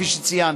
כפי שציינתי.